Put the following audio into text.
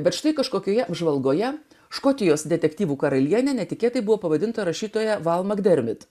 bet štai kažkokioje apžvalgoje škotijos detektyvų karalienė netikėtai buvo pavadinta rašytoja valoma gerbiate